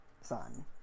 son